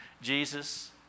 Jesus